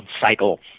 cycle